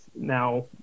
now